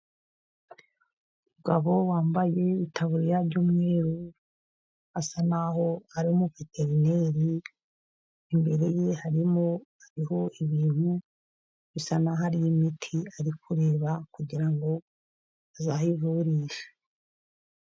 Umugabo wambaye itaburiya y'umweru, asa naho ari umuveterineri. Imbere ye hariho ibintu bisa naho ari, imiti ari kureba kugira ngo azayivurishe.